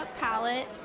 palette